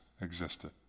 existed